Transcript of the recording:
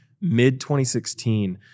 mid-2016